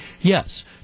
yes